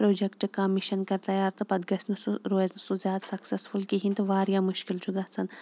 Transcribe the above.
project کانٛہہ mission کَرِ تَیار تہٕ پَتہٕ گَژھِ نہٕ سُہ روزِ نہٕ سُہ زیاد سَکسَسفُل کِہیٖنۍ تہٕ واریاہ مُشکِل چھُ گژھان